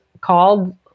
called